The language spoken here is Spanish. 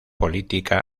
política